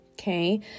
Okay